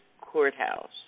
courthouse